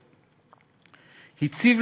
הציב,